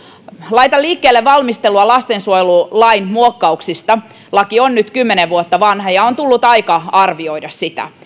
laitan liikkeelle valmistelua lastensuojelulain muokkauksista laki on nyt kymmenen vuotta vanha ja on tullut aika arvioida sitä